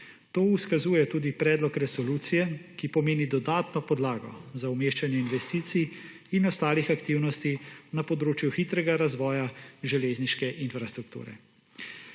To izkazuje tudi predlog resolucije, ki pomeni dodatno podlago za umeščanje investicij in ostalih aktivnosti na področju hitrega razvoja železniške infrastrukture.